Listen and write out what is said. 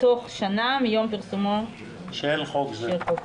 בתוך שנה מיום פרסומו של חוק זה.